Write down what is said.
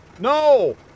No